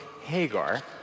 Hagar